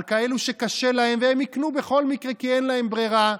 על כאלה שקשה להם והם ייקנו בכל מקרה כי אין להם ברירה,